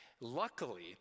Luckily